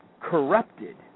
corrupted